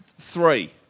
Three